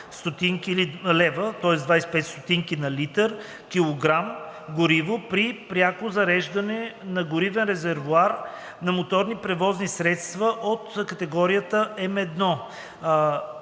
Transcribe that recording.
на 0,25 лв. на литър/килограм гориво при пряко зареждане в горивен резервоар на моторни превозни средства от категория Ml,